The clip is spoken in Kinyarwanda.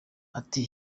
ati